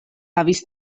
havis